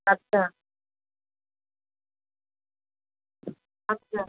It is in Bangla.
আচ্ছা আচ্ছা